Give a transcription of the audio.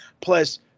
Plus